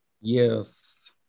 Yes